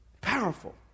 Powerful